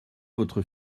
votre